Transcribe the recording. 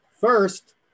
First